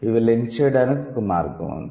ఇవి లింక్ చేయడానికి ఒక మార్గం ఉంది